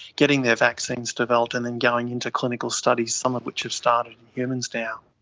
getting their vaccines developed and then going into clinical studies, some of which have started in humans now.